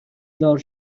دار